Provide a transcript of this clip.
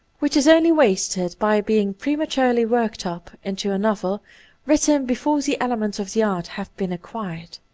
which is only wasted by being prematurely worked up into a novel written before the elements of the art have been acquired.